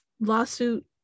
lawsuit